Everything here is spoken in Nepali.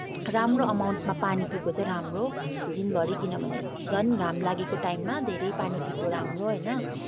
राम्रो अमाउन्टमा पानी पिएको चाहिँ राम्रो दिनभरि किनभने झन् घाम लागेको टाइममा धेरै पानी पिएको राम्रो होइन